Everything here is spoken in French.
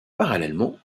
parallèlement